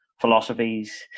philosophies